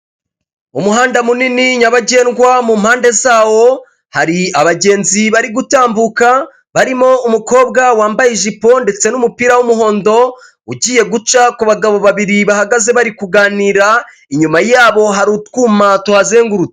Umuhanda munini nyabagendwa mu mpande zawo hari abagenzi bari gutambuka barimo umukobwa wambaye ijipo ndetse n'umupira w'umuhondo, ugiye guca ku bagabo babiri bahagaze bari kuganira inyuma yabo hari utwuma tuhazengurutse.